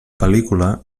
pel·lícula